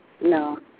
No